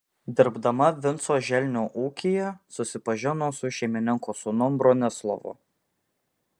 dirbdama vinco želnio ūkyje susipažino su šeimininko sūnum bronislovu